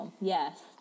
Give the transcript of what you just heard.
yes